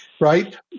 right